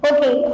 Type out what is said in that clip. Okay